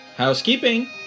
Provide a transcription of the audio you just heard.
housekeeping